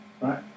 right